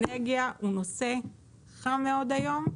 אנרגיה הוא נושא חם מאוד היום,